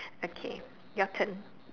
okay your turn